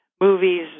movies